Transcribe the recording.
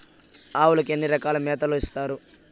ఆవులకి ఎన్ని రకాల మేతలు ఇస్తారు?